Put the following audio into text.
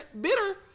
bitter